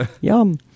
yum